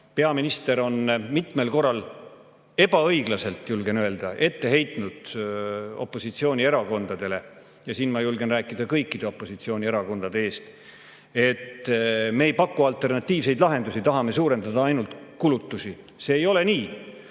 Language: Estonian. arvel. Peaminister on mitmel korral ebaõiglaselt, julgen öelda, ette heitnud opositsioonierakondadele – ja siin ma julgen rääkida kõikide opositsioonierakondade nimel –, et me ei paku alternatiivseid lahendusi, tahame ainult kulutusi suurendada. See ei ole nii!